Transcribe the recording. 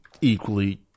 equally